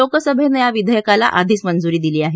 लोकसभेनं या विधेयकाला आधीच मंजुरी दिली आहे